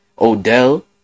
Odell